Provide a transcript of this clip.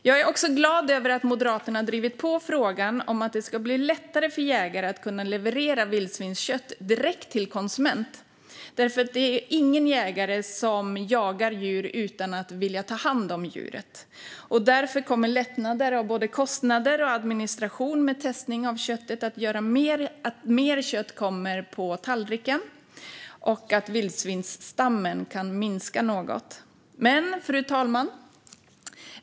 Jag är också glad över att Moderaterna har drivit på frågan om att det ska bli lättare för jägare att kunna leverera vildsvinskött direkt till konsument. Det är ingen jägare som jagar djur utan att vilja ta hand om djuret, och därför kommer lättnader av både kostnader och administration med testning av köttet att göra att mer kött kommer på tallriken och att vildsvinsstammen kan minska något. Fru talman!